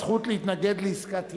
הזכות להתנגד לעסקת טיעון).